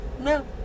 No